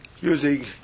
using